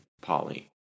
Polly